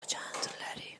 چندلری